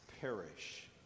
perish